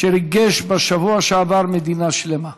שריגש בשבוע שעבר מדינה שלמה.